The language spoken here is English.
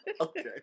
Okay